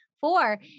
four